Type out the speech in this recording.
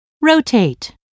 rotate